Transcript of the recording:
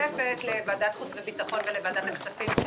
אז יש כאן גם את התקציב של הכבישים האלה.